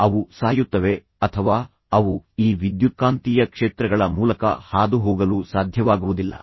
ಅವು ಸಾಯುತ್ತವೆ ಅಥವಾ ಅವು ಈ ವಿದ್ಯುತ್ಕಾಂತೀಯ ಕ್ಷೇತ್ರಗಳ ಮೂಲಕ ಹಾದುಹೋಗಲು ಸಾಧ್ಯವಾಗುವುದಿಲ್ಲ